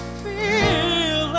feel